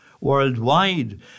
Worldwide